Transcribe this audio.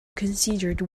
considered